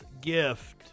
gift